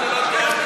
במכונות המיץ,